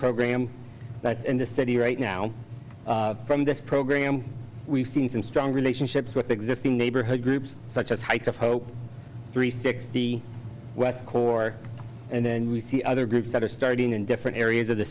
program that's in the city right now from this program we've seen some strong relationships with existing neighborhood groups such as heights of hope three sixty west corps and then we see other groups that are starting in different areas of the